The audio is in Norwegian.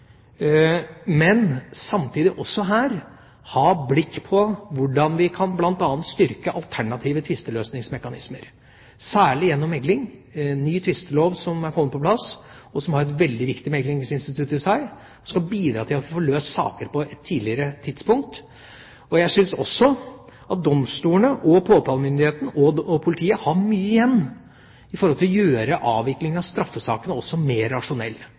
Men samtidig kan vi også her ha blikk på hvordan vi bl.a. kan styrke alternative tvisteløsningsmekanismer, særlig gjennom mekling. Ny tvistelov er kommet på plass. Den har et veldig viktig meklingsinstitutt i seg som skal bidra til å få løst saker på et tidligere tidspunkt. Jeg syns at domstolene, påtalemyndigheten og politiet har mye igjen for å gjøre avviklingen av straffesakene mer rasjonell, bl.a. med tilskjæring av bevislister, få gjort prosessene noe enklere og raskere finne tvistepunktene også